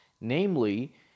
Namely